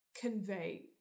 convey